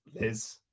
Liz